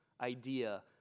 idea